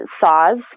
saws